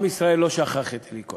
עם ישראל לא שכח את אלי כהן,